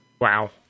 Wow